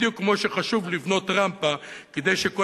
בדיוק כמו שחשוב לבנות רמפה כדי שכל